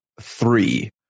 three